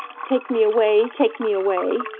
take me away! take me away!